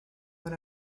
when